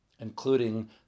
including